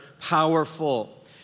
powerful